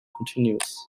continues